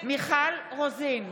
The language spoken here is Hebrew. מיכל רוזין,